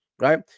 right